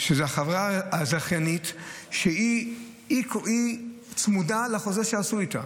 החברה הזכיינית שצמודה לחוזה שעשו איתה.